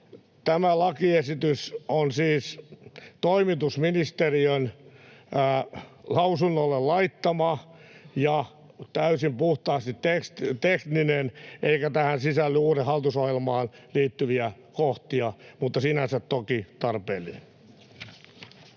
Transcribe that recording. Tämä lakiesitys on siis toimitusministeristön lausunnolle laittama ja täysin puhtaasti tekninen, eikä tähän sisälly uuteen hallitusohjelmaan liittyviä kohtia — mutta sinänsä toki tarpeellinen.